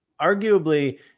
arguably